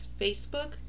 Facebook